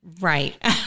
Right